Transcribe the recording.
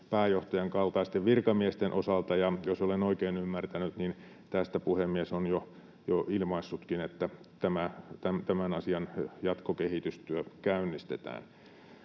pääjohtajan kaltaisten virkamiesten osalta, ja jos olen oikein ymmärtänyt, niin tästä puhemies on jo ilmaissutkin, että tämän asian jatkokehitystyö käynnistetään.